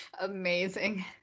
Amazing